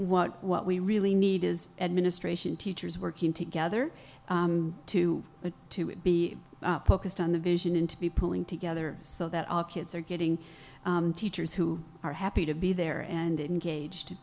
what what we really need is administration teachers working together to to be focused on the vision and to be pulling together so that our kids are getting teachers who are happy to be there and